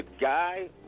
guy